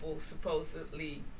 supposedly